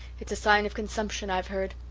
it's a sign of consumption, i've heard,